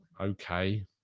Okay